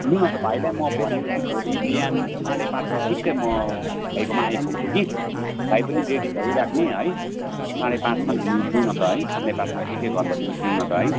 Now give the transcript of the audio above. लु न त भाइलाई म भनेपछि भोलि बिहान साढे पाँचमा ठिक्कै म भाइकोमा आइपुग्छु कि भाइ पनि रेडी भइराख्ने है साढे पाँचमा घुम्नु जाउँ न त है साढे पाँचमा ठिकै घरबाट निस्कौँ न त है